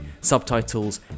subtitles